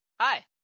Hi